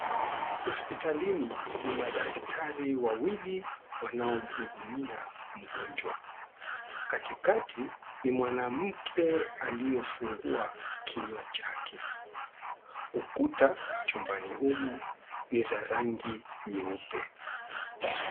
Hosiptalini ni madaktari wawili wanao mhudumia mgonjwa, katikati ni mwanamke aliyofungwa kinywa chake, ukuta chumbani humu ni za rangi nyeupe.